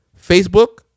Facebook